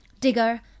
digger